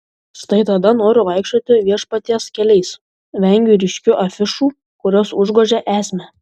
štai tada noriu vaikščioti viešpaties keliais vengiu ryškių afišų kurios užgožia esmę